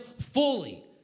fully